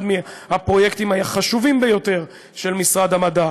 הפרויקטים החשובים ביותר של משרד המדע.